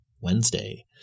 Wednesday